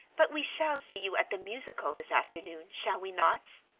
but we shall see you at the musicale this afternoon, shall we not?